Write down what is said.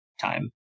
time